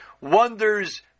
Wonders